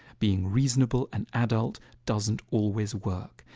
being reasonable and adult doesn't always work.